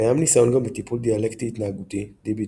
קיים ניסיון גם בטיפול דיאלקטי התנהגותי DBT,